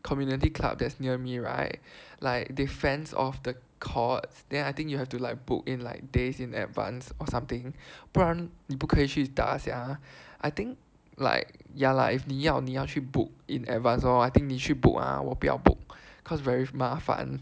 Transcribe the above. community club that's near me right like they fence off the courts then I think you have to book in like days in advance or something 不然你不可以去打 sia ya I think like ya lah if 你要你要去 book in advance lor I think 你去 book ah 我不要 book cause very 麻烦